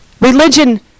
Religion